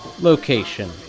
Location